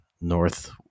north